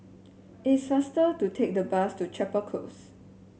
it's faster to take the bus to Chapel Close